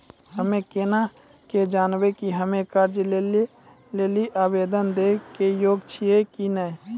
हम्मे केना के जानबै कि हम्मे कर्जा लै लेली आवेदन दै के योग्य छियै कि नै?